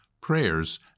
prayers